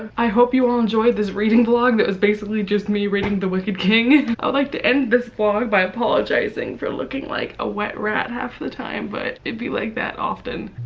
i hope you all enjoyed this reading vlog that was basically just me reading the wicked king. i'd like to end this vlog by apologizing for looking like a wet rat half the time but it be like that often.